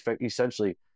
essentially